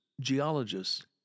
geologists